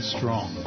Strong